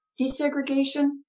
desegregation